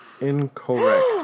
incorrect